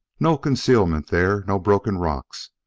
no concealment there no broken rocks,